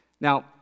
Now